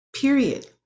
period